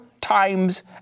times